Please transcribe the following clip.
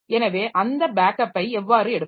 எனவே அந்த பேக்கபை எவ்வாறு எடுப்பது